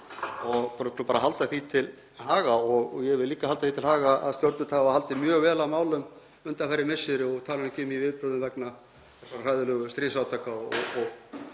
bara halda því til haga. Ég vil líka halda því til haga að stjórnvöld hafa haldið mjög vel á málum undanfarin misseri og ég tala nú ekki um í viðbrögðum vegna þessara hræðilegu stríðsátaka